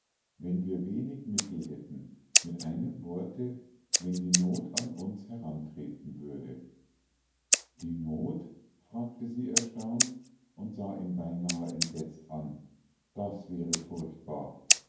wenn wir wenig mittel hätten mit einem worte wenn die not an uns herantreten würde die not fragte sie erstaunt und sah ihn beinahe entsetzt an das wäre furchtbar